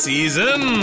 Season